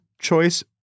Choice